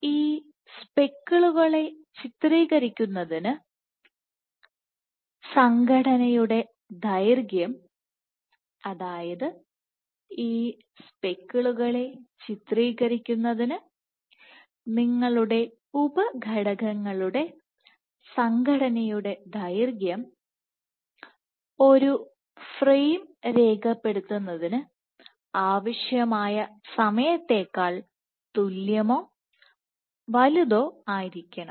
ഈ സ്പെക്കിളുകളെ ചിത്രീകരിക്കുന്നതിന് സംഘടനയുടെ ദൈർഘ്യം അതായത് ഈ സ്പെക്കിളുകളെ ചിത്രീകരിക്കുന്നതിന് നിങ്ങളുടെ ഉപഘടകങ്ങളുടെ സംഘടനയുടെ ദൈർഘ്യം ഒരു ഫ്രെയിം രേഖപ്പെടുത്തുന്നതിന് ആവശ്യമായ സമയത്തേക്കാൾ തുല്യമോ വലുതോ ആയിരിക്കണം